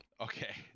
Okay